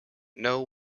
know